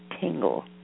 tingle